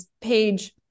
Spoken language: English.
page